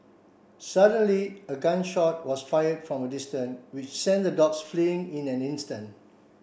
suddenly a gun shot was fired from a distance which sent the dogs fleeing in an instant